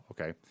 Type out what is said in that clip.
Okay